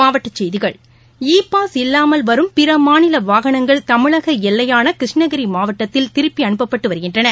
மாவட்ட செய்திகள் e pass இல்லாமல் வரும் பிற மாநில வாகனங்கள் தமிழக எல்லையான கிருஷ்ணகிரி மாவட்டத்தில் திருப்பி அனுப்பப்பட்டு வருகின்றன